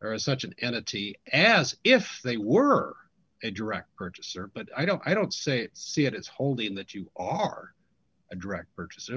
or as such an entity as if they were a direct purchaser but i don't i don't say see it as holding that you are a direct purchas